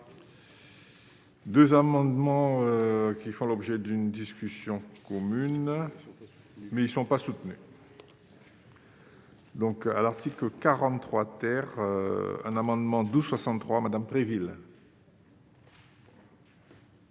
2 amendements qui font l'objet d'une discussion commune mais ils ne sont pas soutenus. Donc à l'article que 43 terre un amendement 12 63 Madame très ville.